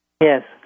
Yes